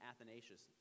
Athanasius